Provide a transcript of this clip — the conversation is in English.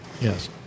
yes